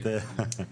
טוב,